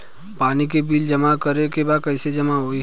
पानी के बिल जमा करे के बा कैसे जमा होई?